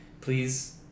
Please